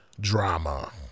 Drama